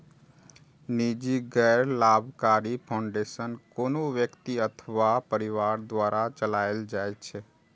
निजी गैर लाभकारी फाउंडेशन कोनो व्यक्ति अथवा परिवार द्वारा चलाएल जाइ छै